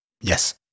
Yes